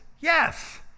Yes